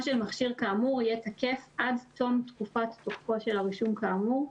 של מכשיר כאמור יהיה תקף עד תום תקופת תוקפו של הרישום כאמור,